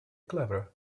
clever